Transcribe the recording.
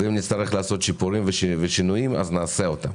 ואם נצטרך לעשות שיפורים ושינויים - נעשה אותם.